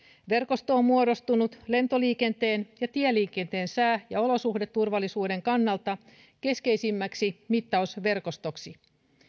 verkosto on muodostunut lentoliikenteen ja tieliikenteen sää ja olosuhdeturvallisuuden kannalta keskeisimmäksi mittausverkostoksi